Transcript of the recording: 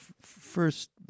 first